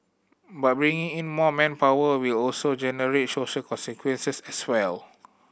but bringing in more manpower will also generate social consequences as well